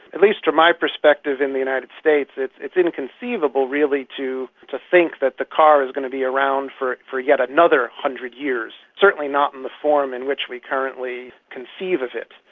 at least from my perspective in the united states it's it's inconceivable really to to think that the car is going to be around for for yet another one hundred years, certainly not in the form in which we currently conceive of it.